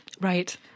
Right